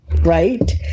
right